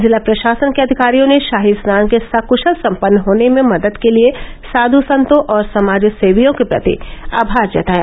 जिला प्रशासन के अधिकारियों ने शाही स्नान के सक्शल संपन्न होने में मदद के लिए साध् संतों और समाजसेवियों के प्रति आभार जताया